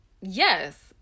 Yes